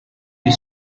you